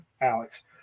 Alex